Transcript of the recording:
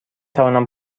توانم